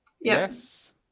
Yes